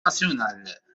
national